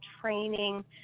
training